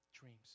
dreams